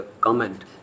comment